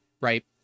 right